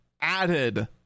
added